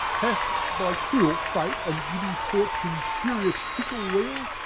hath by cruell fate, and giddie fortunes furious fickle wheele,